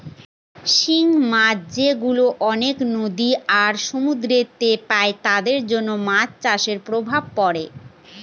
হিংস্র মাছ যেগুলা অনেক নদী আর সমুদ্রেতে পাই তাদের জন্য মাছ চাষের প্রভাব পড়ে